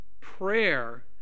prayer